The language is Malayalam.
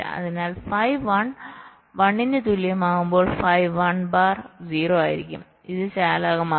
അതിനാൽ phi 1 1 ന് തുല്യമാകുമ്പോൾ phi 1 ബാർ 0 ആയിരിക്കും ഇത് ചാലകമാകും